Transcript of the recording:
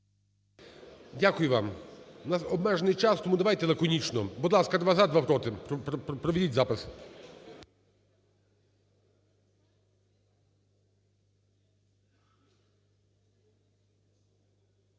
Дякую вам. У нас обмежений час, тому давайте лаконічно. Будь ласка: два – за, два – проти, проведіть запис.